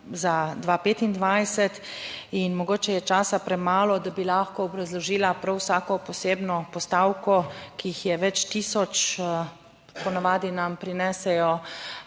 za 20255 in mogoče je časa premalo, da bi lahko obrazložila prav vsako posebno postavko, ki jih je več tisoč. Po navadi nam prinesejo